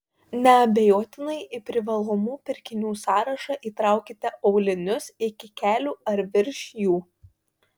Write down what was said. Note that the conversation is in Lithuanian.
neabejotinai į privalomų pirkinių sąrašą įtraukite aulinius iki kelių ar virš jų